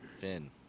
Finn